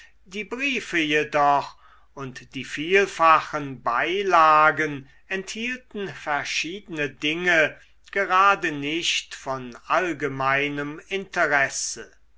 die briefe jedoch und die vielfachen beilagen enthielten verschiedene dinge gerade nicht von allgemeinem interesse